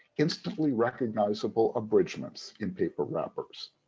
instantly recognizable abridgments in paper wrappers.